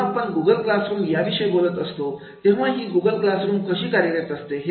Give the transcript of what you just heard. जेव्हा आपण Google classroom विषयी बोलत असतो तेव्हा ही गूगल क्लासरूम कशी कार्यरत असते